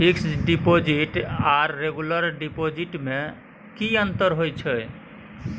Fix deposit आर regular deposit में की अंतर होय छै?